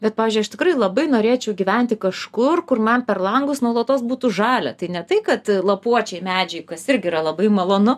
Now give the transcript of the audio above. bet pavyzdžiui aš tikrai labai norėčiau gyventi kažkur kur man per langus nuolatos būtų žalia tai ne tai kad lapuočiai medžiai kas irgi yra labai malonu